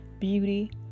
beauty